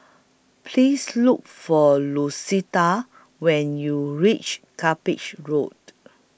Please Look For Lucetta when YOU REACH Cuppage Road